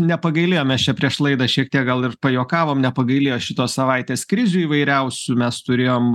nepagailėjo mes čia prieš laidą šiek tiek gal ir pajuokavom nepagailėjo šitos savaitės krizių įvairiausių mes turėjom